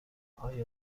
آیا